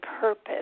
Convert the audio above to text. purpose